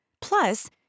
Plus